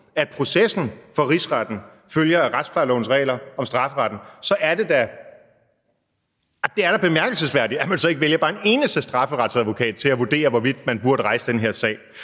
at processen for Rigsretten følger af retsplejelovens regler om strafferetten, så er det da bemærkelsesværdigt, at man så ikke vælger bare en eneste strafferetsadvokat til at vurdere, hvorvidt man burde rejse den her sag.